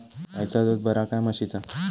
गायचा दूध बरा काय म्हशीचा?